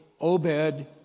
Obed